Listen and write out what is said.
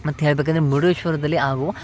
ಮತ್ತು ಹೇಳ್ಬೇಕಂದರೆ ಮುರ್ಡೇಶ್ವರದಲ್ಲಿ ಹಾಗು